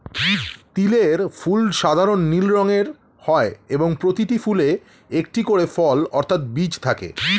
তিলের ফুল সাধারণ নীল রঙের হয় এবং প্রতিটি ফুলে একটি করে ফল অর্থাৎ বীজ থাকে